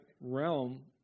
realm